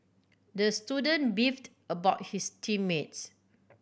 the student beefed about his team mates